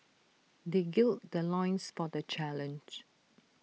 they gird the loins for the challenge